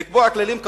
לקבוע כללים כאמור,